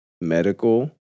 medical